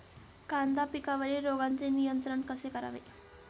कांदा पिकावरील रोगांचे नियंत्रण कसे करावे?